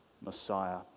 Messiah